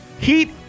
Heat